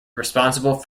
responsible